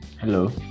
Hello